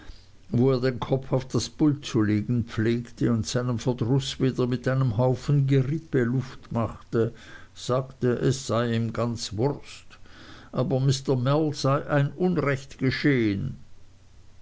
wo er den kopf auf das pult zu legen pflegte und seinem verdruß wieder mit einem haufen gerippen luft machte sagte es sei ihm ganz wurst aber mr mell sei unrecht geschehen